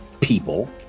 people